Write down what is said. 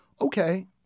okay